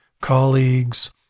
colleagues